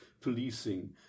policing